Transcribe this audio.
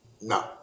No